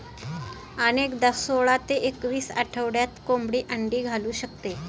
अनेकदा सोळा ते एकवीस आठवड्यात कोंबडी अंडी घालू शकते